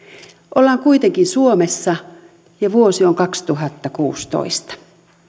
ollaan kuitenkin suomessa ja vuosi on kaksituhattakuusitoista